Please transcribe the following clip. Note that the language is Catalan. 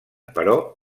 però